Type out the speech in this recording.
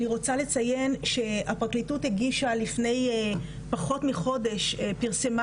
אני רוצה לציין שהפרקליטות הגישה לפני פחות מחודש פרסמה